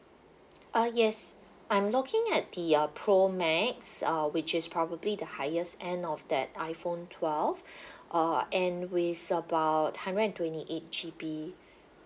uh yes I'm looking at the uh pro max uh which is probably the highest end of that iphone twelve uh and with about hundred and twenty eight G_B